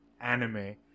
anime